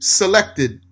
selected